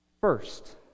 First